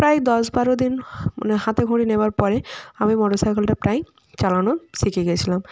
প্রায় দশ বারো দিন মানে হাতেখড়ি নেওয়ার পরে আমি মোটর সাইকেলটা প্রায় চালানো শিখে গিয়েছিলাম